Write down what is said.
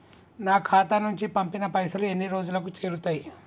నా ఖాతా నుంచి పంపిన పైసలు ఎన్ని రోజులకు చేరుతయ్?